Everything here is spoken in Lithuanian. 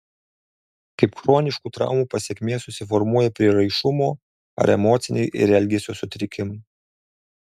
kaip chroniškų traumų pasekmė susiformuoja prieraišumo ar emociniai ir elgesio sutrikimai